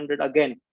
again